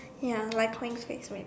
ya like queen spades may be